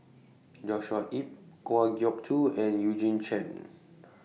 Joshua Ip Kwa Geok Choo and Eugene Chen